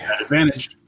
Advantage